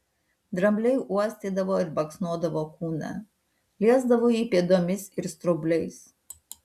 drambliai uostydavo ir baksnodavo kūną liesdavo jį pėdomis ir straubliais